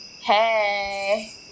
Hey